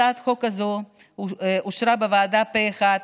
הצעת החוק הזו אושרה בוועדה פה אחד,